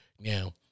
Now